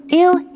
ill